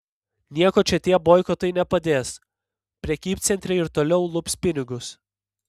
nieko čia tie boikotai nepadės prekybcentriai ir toliau lups pinigus